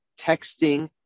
texting